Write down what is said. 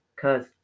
cause